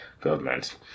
government